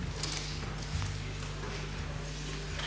Hvala vam